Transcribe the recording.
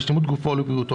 לשלמות גופו או לבריאותו,